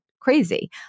crazy